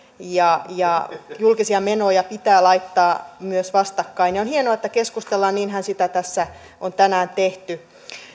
ja ja julkisia menoja pitää laittaa myös vastakkain ja on hienoa että keskustellaan niinhän sitä tässä on tänään tehty